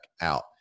out